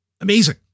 Amazing